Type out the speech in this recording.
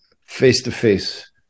face-to-face